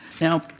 Now